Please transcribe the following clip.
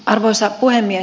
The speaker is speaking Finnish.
arvoisa puhemies